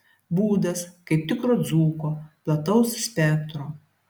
būdas kaip tikro dzūko plataus spektro